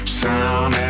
sound